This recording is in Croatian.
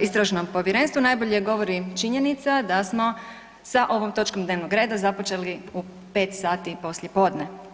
istražnom povjerenstvu najbolje govori činjenica da smo sa ovom točkom dnevnog reda započeli u 5 sati poslije podne.